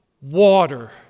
water